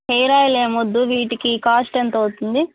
hair oil ఏమీ వద్దు వీటికి కాస్ట్ ఎంత అవుతుంది